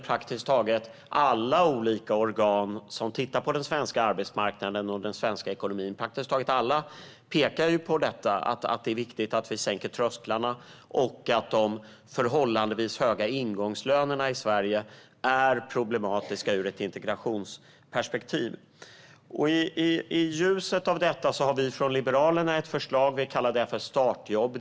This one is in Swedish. Praktiskt taget alla olika organ som tittar på den svenska arbetsmarknaden och den svenska ekonomin pekar på att det är viktigt att vi sänker trösklarna och att de förhållandevis höga ingångslönerna i Sverige är problematiska ur ett integrationsperspektiv. I ljuset av detta har vi från Liberalerna ett förslag - vi kallar det för startjobb.